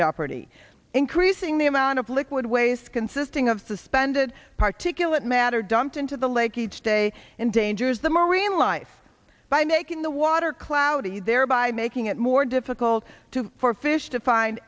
jeopardy increasing the amount of liquid waste consisting of suspended particulate matter dumped into the lake each day endangers the marine life by making the water cloudy thereby making it more difficult to for fish